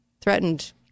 Threatened